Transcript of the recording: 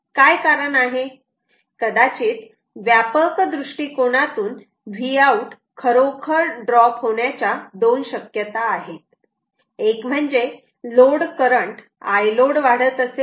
काय कारण आहे कदाचित व्यापक दृष्टिकोनातून Vout खरोखर ड्रॉप होण्याच्या दोन शक्यता आहे एक म्हणजे लोड करंट Iload वाढत असेल